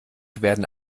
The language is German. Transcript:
werden